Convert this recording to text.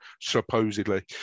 supposedly